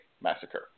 massacre